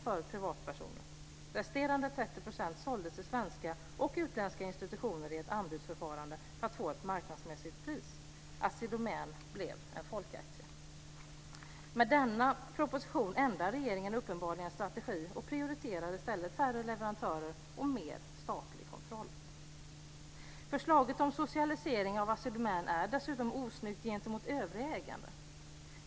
Resterande 30 % såldes till svenska och utländska institutioner i ett anbudsförfarande för att få ett marknadsmässigt pris. Assi Domän blev en folkaktie. Med denna proposition ändrar regeringen uppenbarligen strategi och prioriterar i stället färre leverantörer och mer statlig kontroll. Förslaget om socialisering av Assi Domän är dessutom osnyggt gentemot övriga ägare.